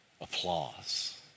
applause